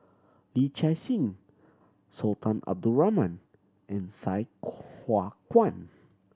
Yee Chia Hsing Sultan Abdul Rahman and Sai Hua Kuan